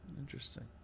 Interesting